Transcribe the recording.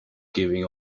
giving